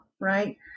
right